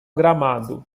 gramado